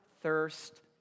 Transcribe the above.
thirst